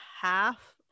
half